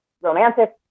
romantic